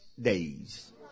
days